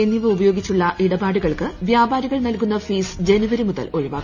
I എന്നിവ ഉപയോട്ട്ഗിച്ചുള്ള ഇടപാടുകൾക്ക് വ്യാപാരികൾ നൽകുന്ന ഫീസ് ജനുവരി മുതൽ ഒഴിവാക്കും